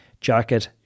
jacket